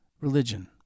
Religion